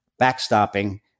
backstopping